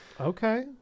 Okay